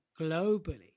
globally